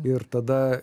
ir tada